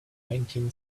nineteen